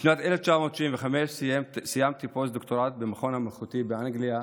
בשנת 1975 סיימתי פוסט-דוקטורט במכון המלכותי באנגליה,